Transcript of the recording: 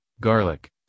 garlic